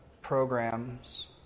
programs